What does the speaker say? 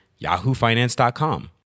yahoofinance.com